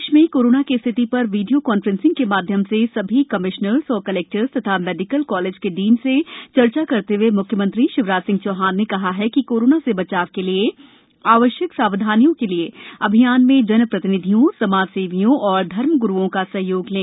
प्रदेश में कोरोना की स्थिति पर वीडियो कॉन्फ्रेंसिंग के माध्यम से समस्त कमिश्नर्स कलेक्टर्स तथा मेडिकल कॉलेज के डीन से चर्चा करते हए मुख्यमंत्री शिवराज सिंह चौहान ने कहा है कि कोरोना से बचाव के लिए आवश्यक सावधानियों के लिए अभियान में जनप्रतिनिधियों समाज सेवियों और धर्म ग्रूओं का सहयोग लें